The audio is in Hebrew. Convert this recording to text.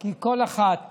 כי כל אחת